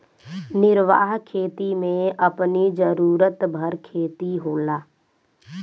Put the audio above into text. निर्वाह खेती में अपनी जरुरत भर खेती होला